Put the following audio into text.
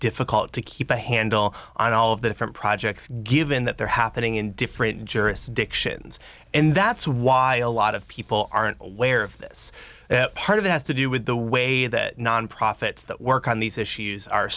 difficult to keep a handle on all of the different projects given that they're happening in different jurisdictions and that's why a lot of people aren't aware of this part of it has to do with the way that nonprofits that work on these issues are